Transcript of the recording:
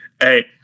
Hey